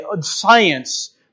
Science